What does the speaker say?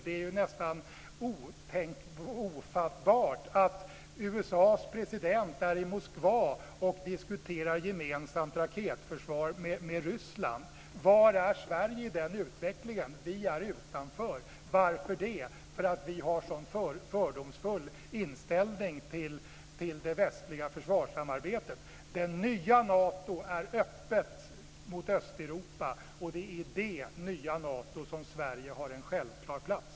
Det är nästan ofattbart att USA:s president är i Moskva och diskuterar gemensamt raketförsvar med Ryssland. Var är Sverige i den utvecklingen? Vi står utanför. Och varför det? Jo, därför att vi har en så fördomsfull inställning till det västliga försvarssamarbetet. Det nya Nato är öppet mot Östeuropa, och det är i detta nya Nato som Sverige har en självklar plats.